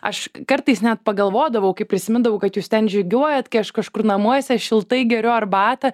aš kartais net pagalvodavau kaip prisimindavau kad jūs ten žygiuojat kai aš kažkur namuose šiltai geriu arbatą